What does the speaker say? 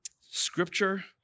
scripture